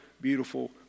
beautiful